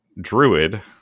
Druid